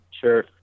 sure